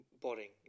boring